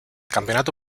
campeonato